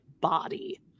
body